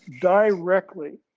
directly